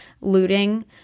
looting